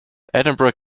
edinburgh